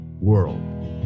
world